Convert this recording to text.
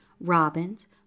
robins